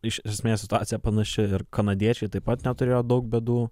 iš esmės situacija panaši ir kanadiečiai taip pat neturėjo daug bėdų